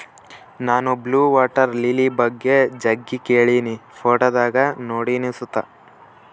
ನಾನು blue water lily ಬಗ್ಗೆ ಜಗ್ಗಿ ಕೇಳಿನಿ, ಫೋಟೋದಾಗ ನೋಡಿನಿ ಸುತ